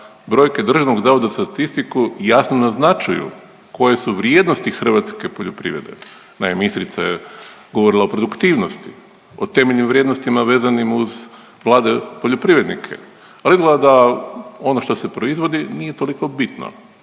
brojke Državnog zavoda za statistiku jasno naznačuju koje su vrijednosti hrvatske poljoprivrede. Naime ministrica je govorila o produktivnosti, o temeljnim vrijednostima vezanim uz mlade poljoprivrednike, rekla da ono što se proizvodi nije toliko bitno.